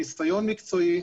ניסיון מקצועי,